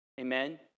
Amen